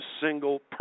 single